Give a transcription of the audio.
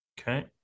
Okay